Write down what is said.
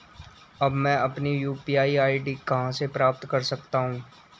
अब मैं अपनी यू.पी.आई आई.डी कहां से प्राप्त कर सकता हूं?